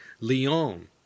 Lyon